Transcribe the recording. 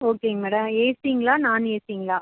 ஓகேங்க மேடம் ஏசிங்களா நான்ஏசிங்களா